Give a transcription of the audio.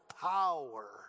power